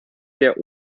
der